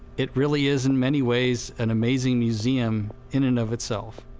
it really is, in many ways, an amazing museum in and of itself.